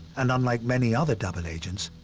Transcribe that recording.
and unlike many other double agents,